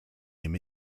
him